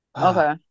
okay